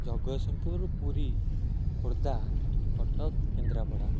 Jagatsinghpur Puri Khordha Cuttack Kendrapara